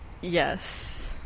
Yes